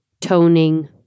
toning